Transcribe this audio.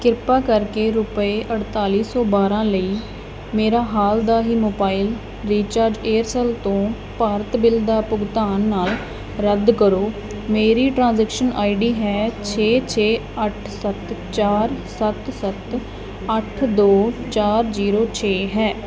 ਕਿਰਪਾ ਕਰਕੇ ਰੁਪਏ ਅਠਤਾਲੀ ਸੌ ਬਾਰ੍ਹਾਂ ਲਈ ਮੇਰਾ ਹਾਲ ਦਾ ਹੀ ਮੋਬਾਈਲ ਰੀਚਾਰਜ ਏਅਰਸੈਲ ਤੋਂ ਭਾਰਤ ਬਿੱਲ ਦਾ ਭੁਗਤਾਨ ਨਾਲ ਰੱਦ ਕਰੋ ਮੇਰੀ ਟ੍ਰਾਂਜੈਕਸ਼ਨ ਆਈਡੀ ਹੈ ਛੇ ਛੇ ਅੱਠ ਸੱਤ ਚਾਰ ਸੱਤ ਸੱਤ ਅੱਠ ਦੋ ਚਾਰ ਜ਼ੀਰੋ ਛੇ ਹੈ